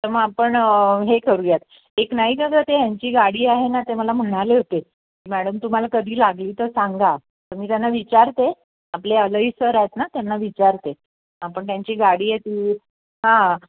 तर मग आपण हे करूयात एक नाही का गं ते ह्यांची गाडी आहे ना ते मला म्हणाले होते मॅडम तुम्हाला कधी लागली तर सांगा तर मी त्यांना विचारते आपले अलही सर आहेत ना त्यांना विचारते आपण त्यांची गाडी आहे ती हां